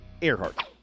Earhart